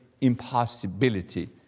impossibility